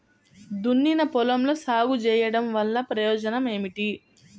దున్నిన పొలంలో సాగు చేయడం వల్ల ప్రయోజనం ఏమిటి?